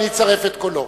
אני אצרף את קולו.